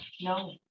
No